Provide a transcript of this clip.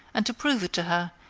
and to prove it to her,